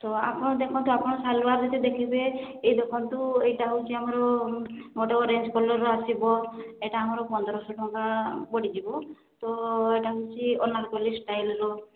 ତ ଆପଣ ଦେଖନ୍ତୁ ତ ଆପଣ ଯଦି ସାଲୁଆର ଦେଖିବେ ଏଇ ଦେଖନ୍ତୁ ଏଇଟା ହେଉଛି ଆମର ଗୋଟେ ଅରେଞ୍ଜ କଲର୍ ଆସିବ ଏଇଟା ଆମର ପନ୍ଦରଶହ ଟଙ୍କା ପଡ଼ିଯିବ ତ ଏଇଟା ହେଉଛି ଅନାରକଲି ଷ୍ଟାଇଲ୍ର